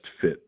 fit